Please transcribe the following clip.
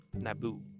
Nabu